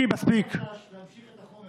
עד היום לא הועבר שקל אחד לרשויות.